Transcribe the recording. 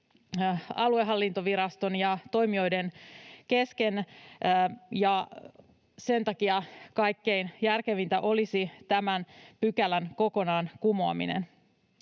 aluehallintoviraston ja toimijoiden kesken, ja sen takia kaikkein järkevintä olisi tämän pykälän kumoaminen